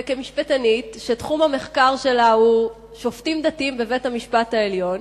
וכמשפטנית שתחום המחקר שלה הוא שופטים דתיים בבית-המשפט העליון,